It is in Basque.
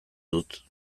dut